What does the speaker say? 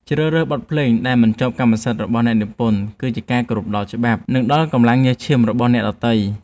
ជ្រើសរើសបទភ្លេងដែលមិនជាប់កម្មសិទ្ធិរបស់អ្នកនិពន្ធគឺជាការគោរពដល់ច្បាប់ និងដល់កម្លាំងញើសឈាមរបស់អ្នកដទៃ។